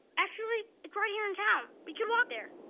actually, it's right here in town. we could walk there.